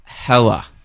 Hella